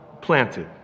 planted